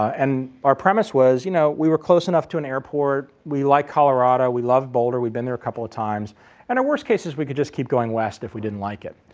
and our premise was, you know we were close enough to an airport, we like colorado, we love boulder, we've been there couple of times and a worst case is we could just keep going west if didn't like it.